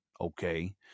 Okay